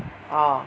orh